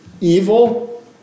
evil